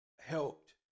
helped